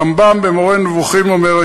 הרמב"ם ב"מורה נבוכים" אומר,